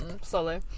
solo